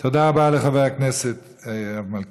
תודה רבה לחבר הכנסת מלכיאלי.